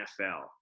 NFL